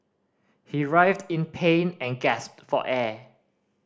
he writhed in pain and gasped for air